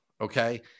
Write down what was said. okay